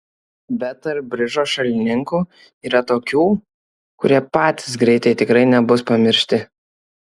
bet tarp bridžo šalininkų yra tokių kurie patys greitai tikrai nebus pamiršti